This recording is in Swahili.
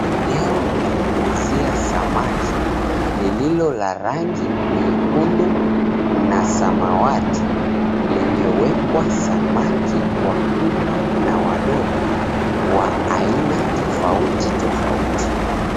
Eneo la kuuzia samaki lililo la rangi nyekundu na samawati limewekwa samaki wakubwa na wadogo wa aina tofauti tofauti.